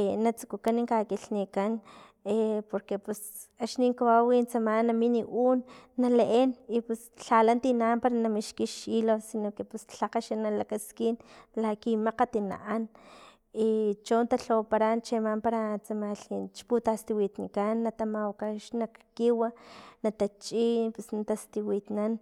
i na tsukukan kakilhnikan porque pus axni kawau tsama na min un na leen i ps lhala tina para na mixkiy xhilo si no que pus lhakga xa na lakaskin laki makgat na an, cho talhawapara chi ama para tsamalhi xputastiwitkan nata mawaka xnak kiwi natachi i na putastiwitnan,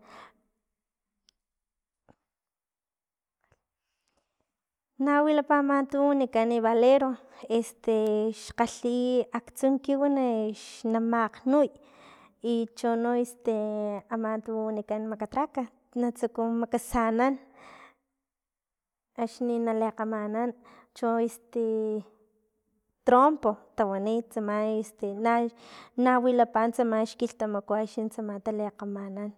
na wilapa a ama tu wanikan valero xkgalhi aktsu kiw xnamakgnuy i chono este ama tu wanikan macatraca natsuku makasanan axni na likgamanan cho este trompo tawani tsama este na- na wilapa tsama xkilhtamaku axni tsama talikgamanan